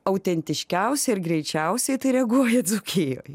autentiškiausia ir greičiausiai tai reaguoja dzūkijoj